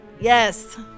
Yes